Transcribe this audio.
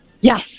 Yes